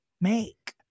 make